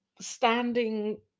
standing